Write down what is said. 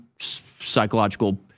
psychological